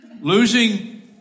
losing